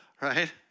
Right